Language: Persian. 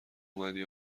اومدی